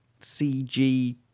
CG